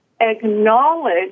acknowledge